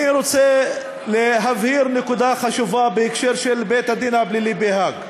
אני רוצה להבהיר נקודה חשובה בהקשר של בית-הדין הפלילי בהאג.